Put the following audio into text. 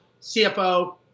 CFO